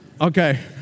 Okay